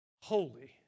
holy